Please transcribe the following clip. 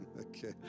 Okay